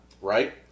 right